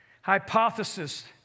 hypothesis